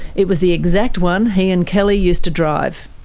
it was the exact one he and kelly used to drive.